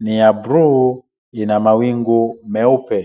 ni ya bluu ina mawingu meupe.